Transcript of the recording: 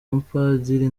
umupadiri